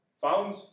found